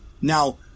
Now